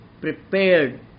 prepared